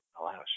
allows